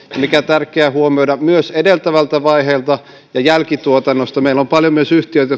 mikä tärkeä huomioida myös edeltävältä vaiheelta ja jälkituotannosta meillä on paljon myös yhtiöitä